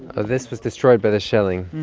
ah this was destroyed by the shelling